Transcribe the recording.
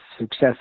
success